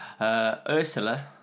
Ursula